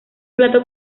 plato